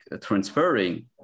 transferring